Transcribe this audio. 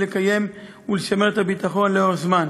לקיים ולשמר את הביטחון לאורך זמן.